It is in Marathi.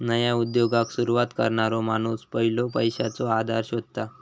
नया उद्योगाक सुरवात करणारो माणूस पयलो पैशाचो आधार शोधता